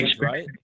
right